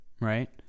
right